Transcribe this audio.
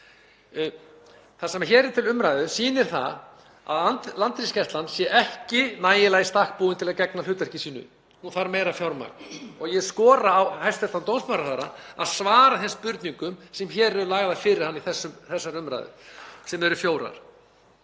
Það sem hér er til umræðu sýnir að Landhelgisgæslan er ekki nægilega í stakk búin til að gegna hlutverki sínu. Hún þarf meira fjármagn. Ég skora á hæstv. dómsmálaráðherra að svara þeim spurningum sem eru lagðar fyrir hana í þessari umræðu, sem eru fjórar: